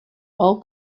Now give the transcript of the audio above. all